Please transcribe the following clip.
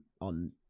on